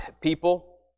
people